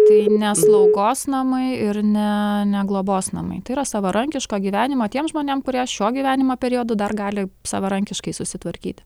tai ne slaugos namai ir ne ne globos namai tai yra savarankiško gyvenimą tiem žmonėm kurie šiuo gyvenimo periodu dar gali savarankiškai susitvarkyti